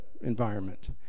environment